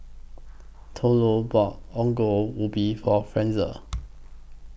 Thurlow bought Ongol Ubi For Frazier